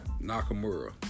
Nakamura